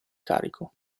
carico